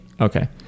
okay